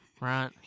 Right